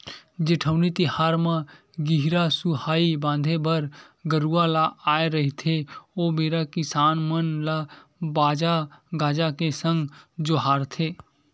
जेठउनी तिहार म गहिरा सुहाई बांधे बर गरूवा ल आय रहिथे ओ बेरा किसान मन ल बाजा गाजा के संग जोहारथे